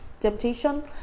temptation